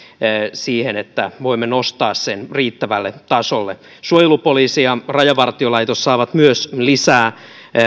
siihen että voimme nostaa sen riittävälle tasolle suojelupoliisi ja rajavartiolaitos saavat myös lisää